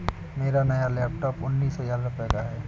मेरा नया लैपटॉप उन्नीस हजार रूपए का है